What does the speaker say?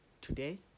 today